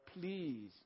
please